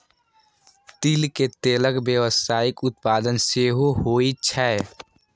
तिल के तेलक व्यावसायिक उत्पादन सेहो होइ छै